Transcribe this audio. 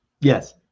yes